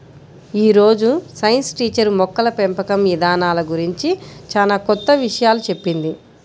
యీ రోజు science teacher మొక్కల పెంపకం ఇదానాల గురించి చానా కొత్త విషయాలు చెప్పింది